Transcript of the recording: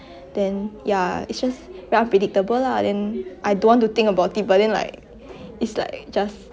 then ya it's just very unpredictable lah then I don't want to think about it but then like it's like just